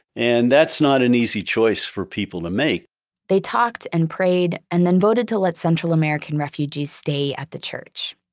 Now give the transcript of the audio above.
and that's not an easy choice for people to make they talked and prayed and then voted to let central american refugees stay at the church.